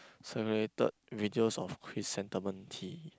seminated videos of chrysanthemum tea